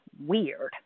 weird